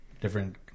Different